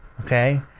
okay